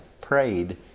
prayed